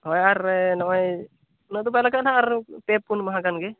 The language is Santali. ᱦᱳᱭ ᱟᱨ ᱱᱚᱜᱼᱚᱭ ᱩᱱᱟᱹᱜ ᱫᱚ ᱵᱟᱭ ᱞᱟᱜᱟᱜᱼᱟ ᱱᱟᱦᱟᱜ ᱟᱨ ᱯᱮ ᱯᱩᱱ ᱢᱟᱦᱟ ᱜᱟᱱ ᱜᱮ